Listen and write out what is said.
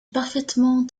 parfaitement